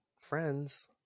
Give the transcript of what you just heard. friends